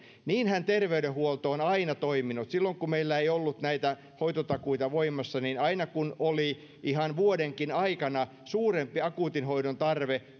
niinhän terveydenhuolto on aina toiminut silloin kun meillä ei ollut näitä hoitotakuita voimassa niin aina kun ihan vuodenkin aikana oli suurempi akuutin hoidon tarve